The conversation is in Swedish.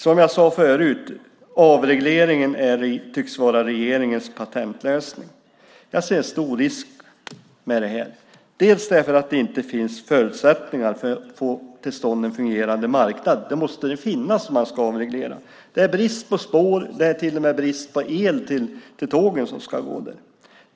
Som jag sade förut: Avregleringen tycks vara regeringens patentlösning. Jag ser en stor risk med det här, för det finns inte förutsättningar för att få till stånd en fungerande marknad. Det måste det finnas om man ska avreglera. Det är brist på spår, och det är till och med brist på el till tågen som ska gå där.